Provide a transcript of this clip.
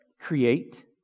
create